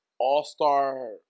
All-star